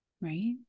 right